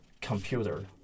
computer